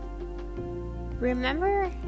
remember